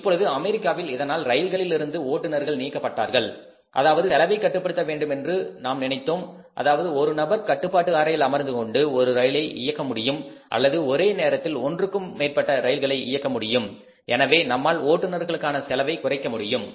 இப்பொழுது அமெரிக்காவில் இதனால் ரயில்களில் இருந்து ஓட்டுநர்கள் நீக்கப்பட்டார்கள் அதாவது செலவை கட்டுப்படுத்த வேண்டும் என்று நாம் நினைத்தோம் அதாவது ஒரு நபர் கட்டுப்பாட்டு அறையில் அமர்ந்துகொண்டு ஒரு ரயிலை இயக்க முடியும் அல்லது ஒரே நேரத்தில் ஒன்றுக்கும் மேற்பட்ட ரயில்களை இயக்க முடியும் எனவே நம்மால் ஓட்டுநர்களுக்கான செலவை குறைக்க முடியும்